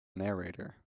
narrator